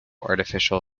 artificial